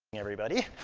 everybody.